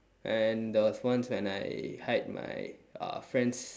and there was once I hide my uh friend's